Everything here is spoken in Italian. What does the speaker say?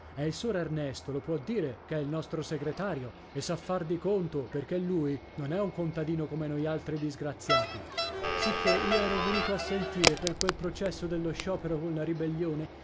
e il sor ernesto lo può dire che è il nostro segretario e sa far di conto perché lui non è un contadino come noialtri disgraziati sicché i ero venuto a sentire per quel processo dello sciopero con la ribellione